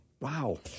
Wow